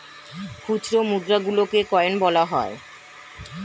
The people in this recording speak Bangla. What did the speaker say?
খুচরো মুদ্রা গুলোকে কয়েন বলা হয়